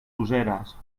useres